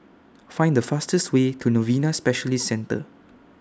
Find The fastest Way to Novena Specialist Centre